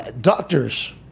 doctors